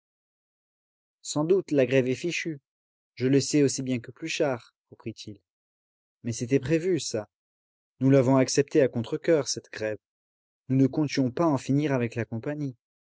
sans doute la grève est fichue je le sais aussi bien que pluchart reprit-il mais c'était prévu ça nous l'avons acceptée à contrecoeur cette grève nous ne comptions pas en finir avec la compagnie